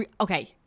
Okay